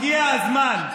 הגיע הזמן.